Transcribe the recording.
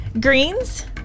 greens